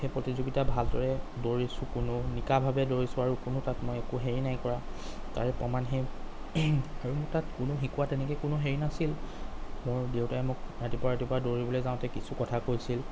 সেই প্ৰতিযোগিতাত ভালদৰে দৌৰিছোঁ কোনো নিকাভাৱে দৌৰিছোঁ আৰু কোনো তাত মই একো হেৰি নাই কৰা তাৰে প্ৰমাণ সেই আৰু তাত শিকোৱা তেনেকৈ কোনো হেৰি নাছিল মোৰ দেউতাই মোক ৰাতিপুৱা ৰাতিপুৱা দৌৰিবলৈ যাওঁতে কিছু কথা কৈছিল